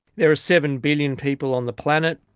there are seven billion people on the planet,